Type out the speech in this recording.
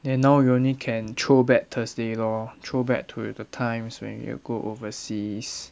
then now you only can throwback thursday lor throwback to the times when you go overseas